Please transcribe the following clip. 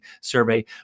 survey